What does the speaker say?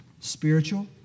spiritual